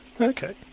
Okay